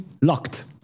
locked